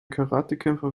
karatekämpfer